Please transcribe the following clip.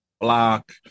block